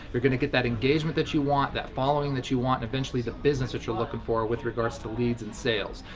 you're gonna get that engagement that you want, that following that you want, and eventually the business that you're looking for with regards to leads and sales.